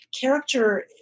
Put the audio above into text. character